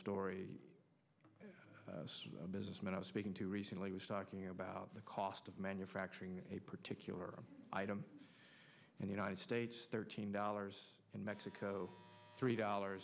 story a businessman i was speaking to recently was talking about the cost of manufacturing a particular item and united states thirteen dollars in mexico three dollars